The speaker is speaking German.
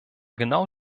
genau